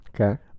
Okay